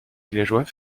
villageois